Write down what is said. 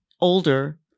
older